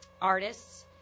artists